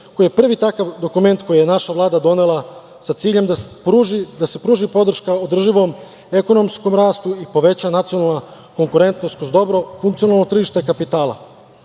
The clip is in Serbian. koji je prvi takav dokument koji je naša Vlada donela sa ciljem da se pruži podrška održivom ekonomskom rastu i poveća nacionalna konkurentnost kroz dobro, funkcionalno tržište kapitala.